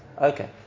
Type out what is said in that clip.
Okay